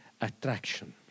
attraction